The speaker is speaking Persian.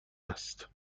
است